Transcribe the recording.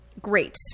Great